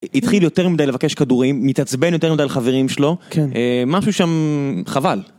התחיל יותר מדי לבקש כדורים, מתעצבן יותר מדי על חברים שלו, כן. משהו שם... חבל.